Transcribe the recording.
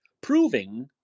proving